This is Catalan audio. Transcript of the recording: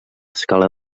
scala